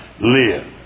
live